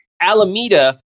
Alameda